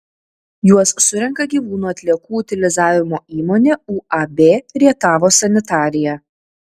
juos surenka gyvūnų atliekų utilizavimo įmonė uab rietavo sanitarija